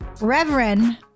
Reverend